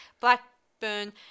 Blackburn